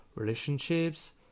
relationships